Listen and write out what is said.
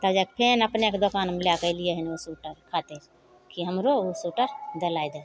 तब जाके फेर अपनेके दोकानमे लैके अएलिए हँ ओ सोइटर खातिर कि हमरो ओ सोइटर दिलै दे